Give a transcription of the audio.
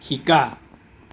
শিকা